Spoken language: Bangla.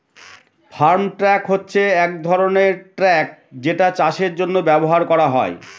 ফার্ম ট্রাক হচ্ছে এক ধরনের ট্র্যাক যেটা চাষের জন্য ব্যবহার করা হয়